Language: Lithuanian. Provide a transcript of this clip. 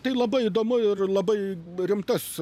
tai labai įdomu ir labai rimtas